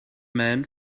man